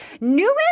newest